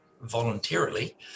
voluntarily